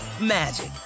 magic